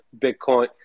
Bitcoin